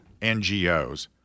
NGOs